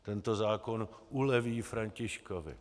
Tento zákon uleví Františkovi.